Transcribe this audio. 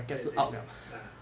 对对对 ah